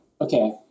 Okay